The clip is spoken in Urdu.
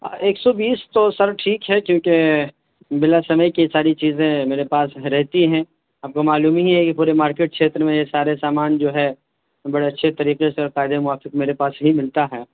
ایک سو بیس تو سر ٹھیک ہے کیوںکہ بلا سمئے کی ساری چیزیں میرے پاس رہتی ہیں آپ کو معلوم ہی ہے یہ پورے مارکیٹ چھیتر میں سارے سامان جو ہے بڑے اچھے طریقے سے اور قاعدے کے موافق میرے پاس ہی ملتا ہے